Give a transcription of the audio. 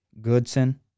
Goodson